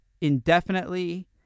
indefinitely